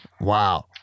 Wow